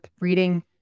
reading